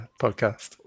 podcast